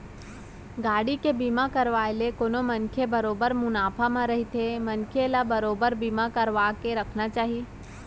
गाड़ी के बीमा करवाय ले कोनो मनसे बरोबर मुनाफा म रहिथे मनसे ल बरोबर बीमा करवाके रखना चाही